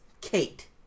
Kate